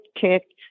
kicked